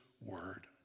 word